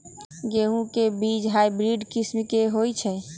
गेंहू के बीज हाइब्रिड किस्म के होई छई?